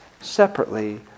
separately